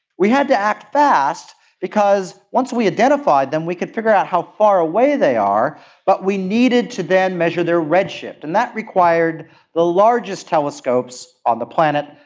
we had to act fast because once we identified them we could figure out how far away they are but we needed to then measure their redshift, and that required the largest telescopes on the planet,